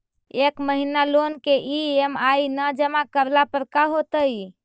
एक महिना लोन के ई.एम.आई न जमा करला पर का होतइ?